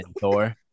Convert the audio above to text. Thor